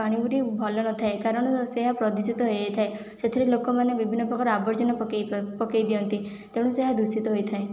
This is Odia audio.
ପାଣି ଗୁଡ଼ିକ ଭଲ ନଥାଏ କାରଣ ସେହା ପ୍ରଦୂଷିତ ହୋଇଯାଇଥାଏ ସେଥିରେ ଲୋକମାନେ ବିଭିନ୍ନ ପ୍ରକାର ଆବର୍ଜନା ପକେଇ ପକେଇଦିଆନ୍ତି ତେଣୁ ସେହା ଦୂଷିତ ହୋଇଥାଏ